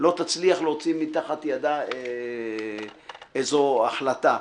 לא תצליח להוציא מתחת ידה איזו החלטה.